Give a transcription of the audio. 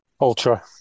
Ultra